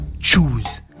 choose